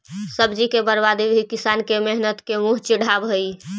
सब्जी के बर्बादी भी किसान के मेहनत के मुँह चिढ़ावऽ हइ